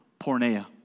pornea